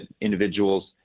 individuals